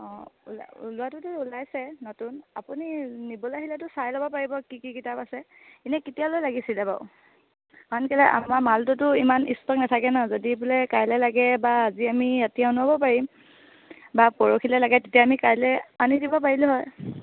অঁ ওলোৱাটোতো ওলাইছে নতুন আপুনি নিবলৈ আহিলেটো চাই ল'ব পাৰিব কি কি কিতাপ আছে এনেই কেতিয়ালৈ লাগিছিলে বাৰু কাৰণ কেলৈ আমাৰ মালটোতো ইমান ইষ্ট্ৰক নাথাকে ন যদি বোলে কাইলৈ লাগে বা আজি আমি ৰাতি অনোৱাব পাৰিম বা পৰখিলৈ লাগে তেতিয়া আমি কাইলৈ আনি দিব পাৰিলোঁ হয়